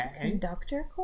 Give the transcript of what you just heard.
conductor